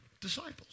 disciples